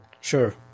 Sure